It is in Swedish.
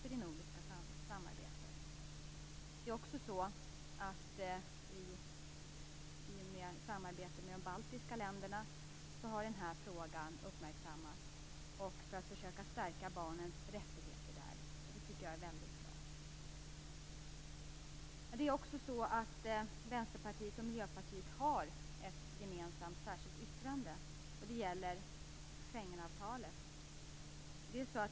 Denna fråga har också uppmärksammats i samarbetet med de baltiska länderna för att försöka stärka barnens rättigheter där. Det är mycket bra. Vänsterpartiet och Miljöpartiet har ett gemensamt särskilt yttrande. Det gäller Schengenavtalet.